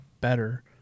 better